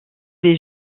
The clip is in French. les